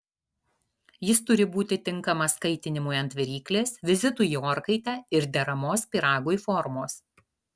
jis turi būti tinkamas kaitinimui ant viryklės vizitui į orkaitę ir deramos pyragui formos